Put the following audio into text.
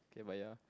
K but ya